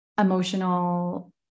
emotional